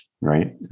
right